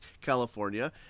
California